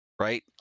right